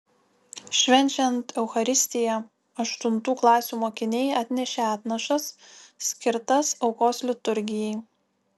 švenčiant eucharistiją aštuntų klasių mokiniai atnešė atnašas skirtas aukos liturgijai